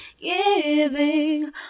giving